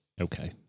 okay